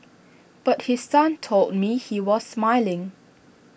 but his son told me he was smiling